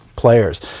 Players